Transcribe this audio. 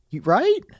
Right